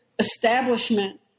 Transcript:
establishment